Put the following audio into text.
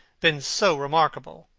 been so remarkable.